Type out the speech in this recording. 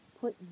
put